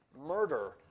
murder